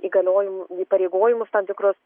įgaliojim įpareigojimus tam tikrus